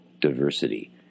diversity